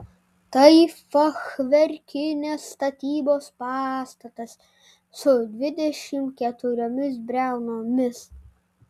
tai fachverkinės statybos pastatas su dvidešimt keturiomis briaunomis